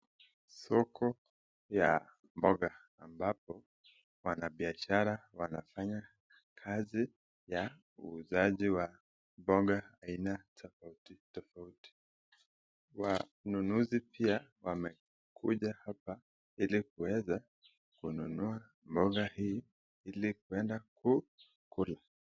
Soko ya mboga ambapo wanabiashara wanafanya kazi ya uuzaji wa mboga aina tofauti tofauti, wanunuzi pia wamekuja hapa ili kuweza kununua mboga hii ili kuenda kukula.